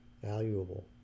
Valuable